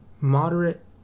moderate